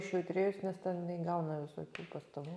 išjautrėjus nes ten jinai gauna visokių pastabų